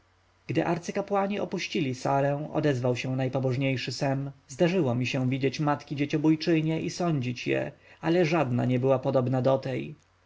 gdy arcykapłani opuścili sarę odezwał się najpobożniejszy sem zdarzyło mi się widzieć matki dzieciobójczynie i sądzić je ale żadna nie była podobna do tej